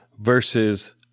versus